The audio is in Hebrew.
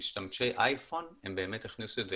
משתמשי אייפון הם באמת הכניסו את זה